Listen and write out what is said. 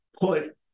put